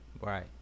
Right